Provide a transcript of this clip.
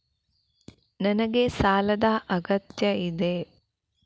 ನನಗೆ ಸಾಲದ ಅಗತ್ಯ ಇದೆ?